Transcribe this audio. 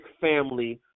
family